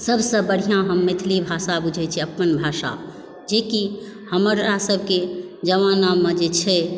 सभसँ बढ़िआँ हम मैथिली भाषा बुझय छी अपन भाषा जेकि हमरा सभके जमानामे जे छै